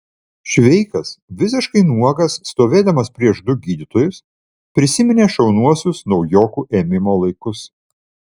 šveikas visiškai nuogas stovėdamas prieš du gydytojus prisiminė šauniuosius naujokų ėmimo laikus